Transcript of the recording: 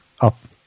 up